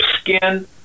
skin